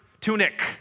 tunic